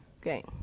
Okay